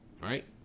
Right